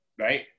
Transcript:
right